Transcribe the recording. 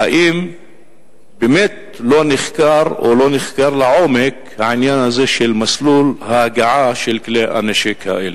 האם לא נחקר לעומק העניין הזה של מסלול ההגעה של כלי הנשק האלה?